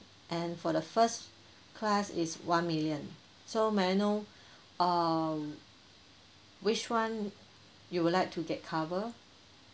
and for the first class is one million so may I know um which one you would like to get cover